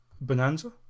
Bonanza